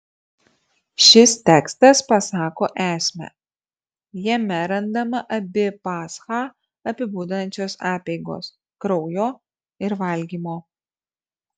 šis tekstas pasako esmę jame randama abi paschą apibūdinančios apeigos kraujo ir valgymo